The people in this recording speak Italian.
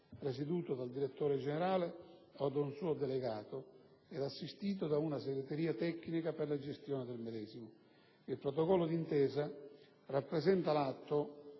presieduto dal direttore generale o da un suo delegato ed assistito da una segreteria tecnica per la gestione del medesimo. Il protocollo d'intesa rappresenta l'atto